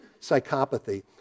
psychopathy